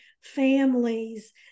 families